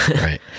Right